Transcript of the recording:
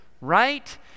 right